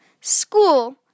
school